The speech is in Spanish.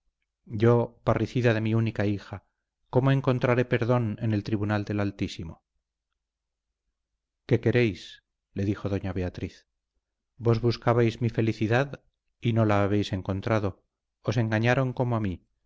yo parricida de mi única hija cómo encontraré perdón en el tribunal del altísimo qué queréis le dijo doña beatriz vos buscabais mi felicidad y no la habéis encontrado os engañaron como a mí